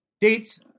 Dates